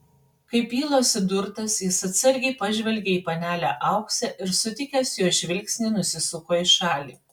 kaip ylos įdurtas jis atsargiai pažvelgė į panelę auksę ir sutikęs jos žvilgsnį nusisuko į šalį